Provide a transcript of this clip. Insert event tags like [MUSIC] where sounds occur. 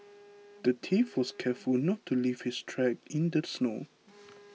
[NOISE] the thief was careful to not leave his tracks in the snow